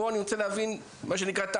אני רוצה להבין תכלס.